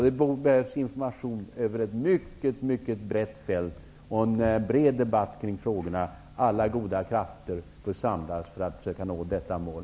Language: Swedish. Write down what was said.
Det behövs information över ett mycket brett fält och en bred debatt kring frågorna. Alla goda krafter bör samlas för att detta mål skall nås.